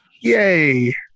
Yay